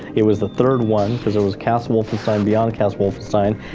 it was the third one, cause there was castle wolfenstein, beyond castle wolfenstein,